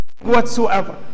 whatsoever